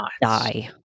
die